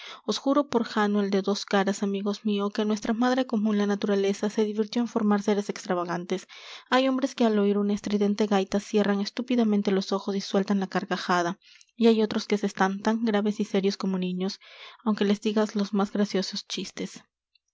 juro por jano el de dos caras amigos mios que nuestra madre comun la naturaleza se divirtió en formar séres extravagantes hay hombres que al oir una estridente gaita cierran estúpidamente los ojos y sueltan la carcajada y hay otros que se están tan graves y sérios como niños aunque les digas los más graciosos chistes